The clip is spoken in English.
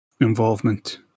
involvement